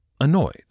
annoyed